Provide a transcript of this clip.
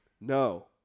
No